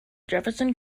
jefferson